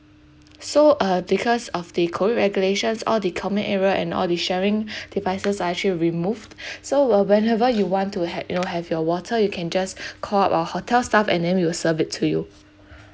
so uh because of the COVID regulations all the common area and all the sharing devices are actually removed so were whenever you want to ha~ you know have your water you can just call up our hotel staff and then we'll serve it to you